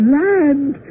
land